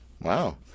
wow